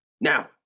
Now